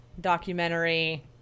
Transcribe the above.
documentary